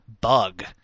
Bug